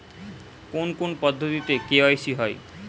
কোন কোন পদ্ধতিতে কে.ওয়াই.সি হয়?